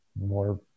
more